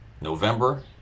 November